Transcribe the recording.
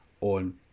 on